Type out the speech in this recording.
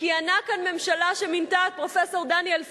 כיהנה כאן ממשלה שמינתה את פרופסור דניאל פרידמן,